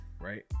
right